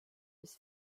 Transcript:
his